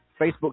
Facebook